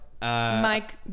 Mike